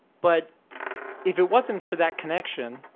but if it wasn't for that connection,